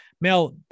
Mel